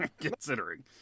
considering